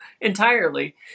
Entirely